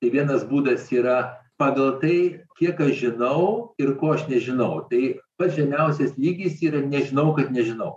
tai vienas būdas yra pagal tai kiek aš žinau ir ko aš nežinau tai pats žemiausias lygis yra nežinau kad nežinau